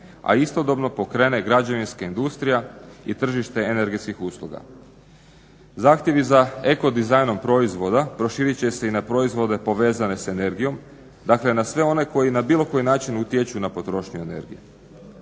a istodobno pokrene građevinska industrija i tržište energetskih usluga. Zahtjevi za eko dizajnom proizvoda proširit će se i na proizvode povezane s energijom, dakle na sve one koji na bilo koji način utječu na potrošnju energije.